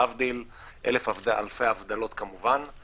להבדיל אלף אלפי הבדלות כמובן.